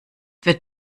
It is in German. wird